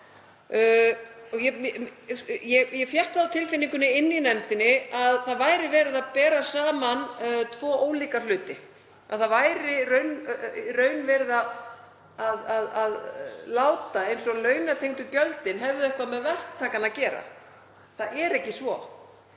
ég fékk það á tilfinninguna í nefndinni að verið væri að bera saman tvo ólíka hluti, að það væri í raun verið að láta eins og launatengdu gjöldin hefðu eitthvað með verktakann að gera. Það er ekki svo.